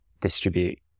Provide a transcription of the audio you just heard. distribute